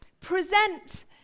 Present